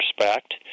respect